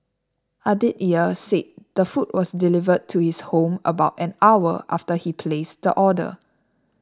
Aditya said the food was delivered to his home about an hour after he placed the order